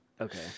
Okay